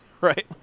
right